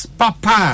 papa